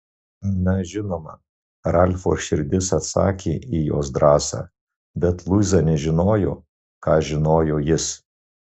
na žinoma ralfo širdis atsakė į jos drąsą bet luiza nežinojo ką žinojo jis